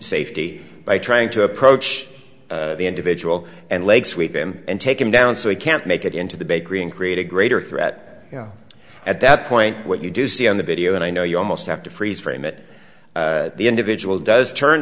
safety by trying to approach the individual and leg sweep him and take him down so he can't make it into the bakery and create a greater threat you know at that point what you do see on the video and i know you almost have to freeze frame that the individual does turn